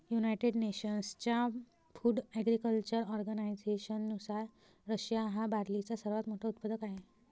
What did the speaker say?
United नेशन्सच्या food agriculture ऑर्गनायझेशननुसार, Russia हा बार्लीचा सर्वात मोठा उत्पादक आहे